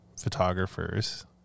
photographers